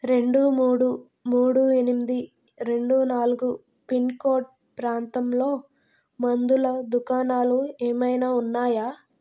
రెండు మూడు మూడు ఎనిమిది రెండు నాలుగు పిన్ కోడ్ ప్రాంతంలో మందుల దుకాణాలు ఏమైనా ఉన్నాయా